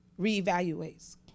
reevaluates